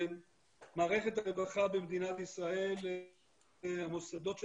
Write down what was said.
מערכת הרווחה במדינת ישראל והמוסדות של